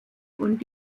und